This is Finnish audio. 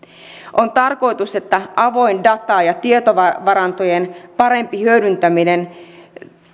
on tarkoitus että avoin data ja tietovarantojen parempi hyödyntäminen